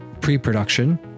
Pre-production